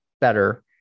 better